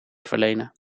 verlenen